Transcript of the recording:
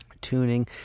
tuning